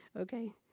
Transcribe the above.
Okay